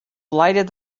lighted